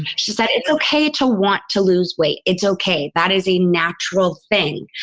she said, it's okay to want to lose weight. it's ok. that is a natural thing.